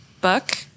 Book